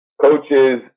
coaches